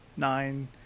nine